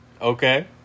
Okay